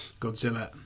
Godzilla